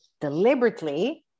deliberately